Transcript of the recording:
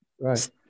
right